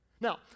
Now